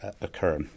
occur